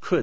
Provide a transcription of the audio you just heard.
could